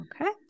Okay